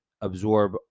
absorb